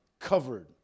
covered